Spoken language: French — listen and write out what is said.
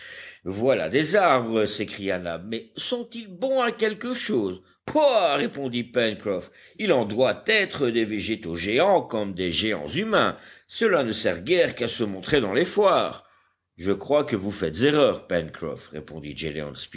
voilà des arbres s'écria nab mais sont-ils bons à quelque chose peuh répondit pencroff il en doit être des végétaux géants comme des géants humains cela ne sert guère qu'à se montrer dans les foires je crois que vous faites erreur pencroff répondit